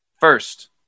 first